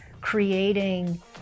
creating